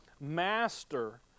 Master